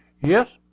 yes,